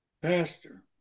pastor